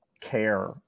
care